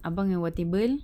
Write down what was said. abang at our table